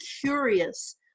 curious